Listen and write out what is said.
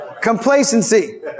complacency